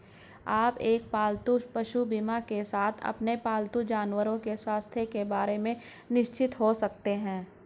आप एक पालतू पशु बीमा के साथ अपने पालतू जानवरों के स्वास्थ्य के बारे में निश्चिंत हो सकते हैं